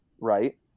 Right